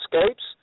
escapes